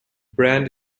brand